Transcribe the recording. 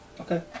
Okay